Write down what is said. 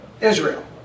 Israel